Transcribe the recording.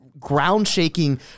ground-shaking